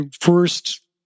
first